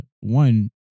one